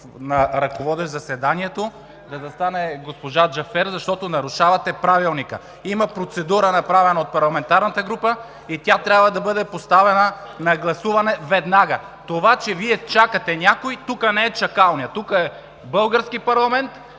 на ръководещ заседанието и да застане госпожа Джафер, защото нарушавате Правилника. Има направена процедура от парламентарната група и тя трябва да бъде поставена на гласуване веднага. Това, че Вие чакате някой – тук не е чакалня, тук е български парламент,